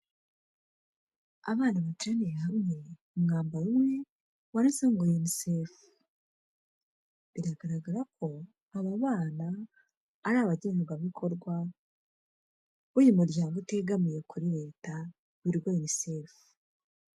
Abana bateraniye hamwe, umwambaro umwe wanditseho ngo Unicef, biragaragara ko aba bana ari abagenerwabikorwa b'uyu muryango utegamiye kuri leta witwa Unicef.